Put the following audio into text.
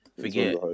Forget